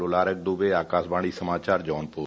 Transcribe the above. लोलारक दुबे आकाशवाणी समाचार जौनपुर